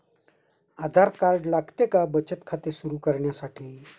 आधार card लागते का बचत खाते सुरू करण्यासाठी?